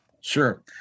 Sure